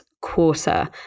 quarter